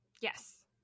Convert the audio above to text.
Yes